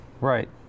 Right